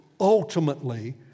ultimately